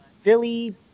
philly